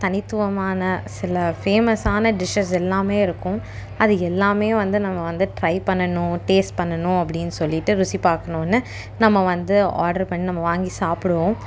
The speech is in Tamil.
தனித்துவமான சில ஃபேமஸான டிஷ்ஷஸ் எல்லாமே இருக்கும் அது எல்லாமே வந்து நம்ம வந்து ட்ரை பண்ணணும் டேஸ்ட் பண்ணணும் அப்படின்னு சொல்லிவிட்டு ருசி பார்க்கணுன்னு நம்ம வந்து ஆட்ரு பண்ணி நம்ம வாங்கி சாப்பிடுவோம்